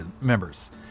members